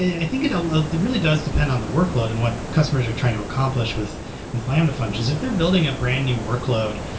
i think it like really does depend on the workload and what customers are trying to accomplish with with lambda functions. if they're building a brand new workload,